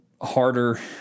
harder